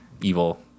evil